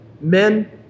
men